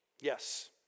yes